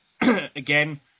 Again